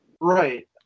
Right